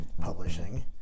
Publishing